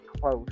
close